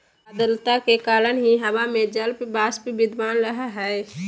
आद्रता के कारण ही हवा में जलवाष्प विद्यमान रह हई